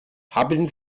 haben